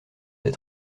ses